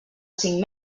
cinc